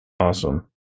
Awesome